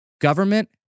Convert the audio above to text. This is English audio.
government